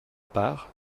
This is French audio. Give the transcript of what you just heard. part